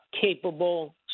capable